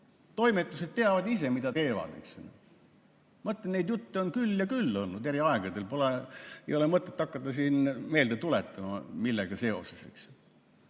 toimetused teavad ise, mida teevad. Ma ütlen, et neid jutte on küll ja küll olnud eri aegadel. Ei ole mõtet hakata siin meelde tuletama, millega seoses.